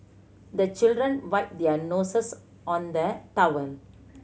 the children wipe their noses on the towel